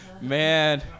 Man